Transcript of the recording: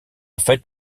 fait